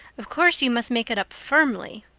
of course, you must make it up firmly.